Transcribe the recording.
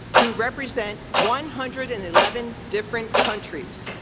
who represent one hundred and eleven different countries.